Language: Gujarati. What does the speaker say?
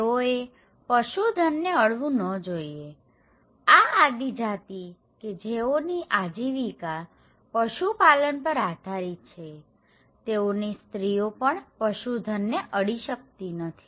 તેઓએ પશુધનને અડવું ન જોઈએઆ આદિજાતિ કે જેઓની આજીવિકા પશુપાલન પર આધારીત છેતેઓની સ્ત્રીઓ પણ પશુધનને અડી શકતી નથી